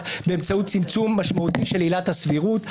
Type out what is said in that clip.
באמצעות צמצום משמעותי של עילת הסבירות,